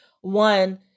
One